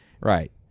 Right